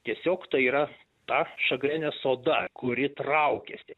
tiesiog tai yra ta šagrenės oda kuri traukiasi